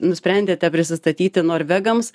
nusprendėte prisistatyti norvegams